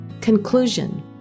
Conclusion